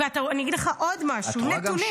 ואני אגיד לך עוד משהו, נתונים.